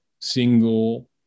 single